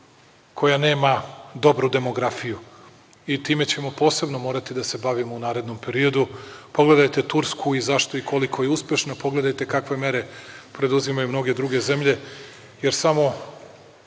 koja nema dobru demografiju i time ćemo posebno morati da se bavimo u narednom periodu. Pogledajte Tursku i zašto i koliko je uspešna, pogledajte kakve mere preduzimaju mnoge druge zemlje, jer samo